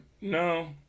no